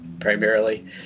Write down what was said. primarily